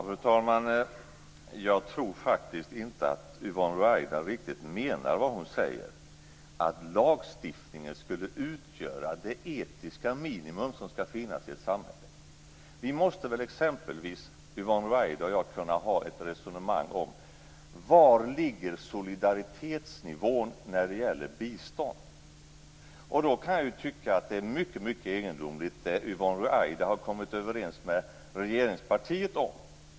Fru talman! Jag tror faktiskt inte att Yvonne Ruwaida riktigt menar vad hon säger - att lagstiftningen skulle utgöra det etiska minimum som skall finnas i ett samhälle. Yvonne Ruwaida och jag måste väl exempelvis kunna ha ett resonemang om var solidaritetsnivån ligger när det gäller bistånd. Då kan jag tycka att det som Yvonne Ruwaida har kommit överens om med regeringspartiet är mycket egendomligt.